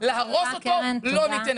להרוס אותו לא ניתן.